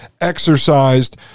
exercised